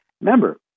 Remember